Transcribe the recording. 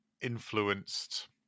influenced